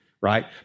right